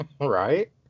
Right